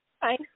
fine